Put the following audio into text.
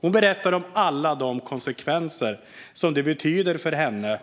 Hon berättade om alla konsekvenser det får för henne